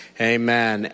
Amen